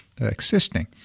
existing